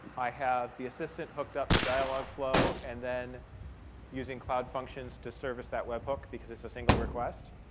i have the assistant hooked up to dialogflow. and then using cloud functions to service that web hook, because it's a single request.